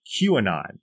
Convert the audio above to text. QAnon